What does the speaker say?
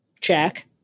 check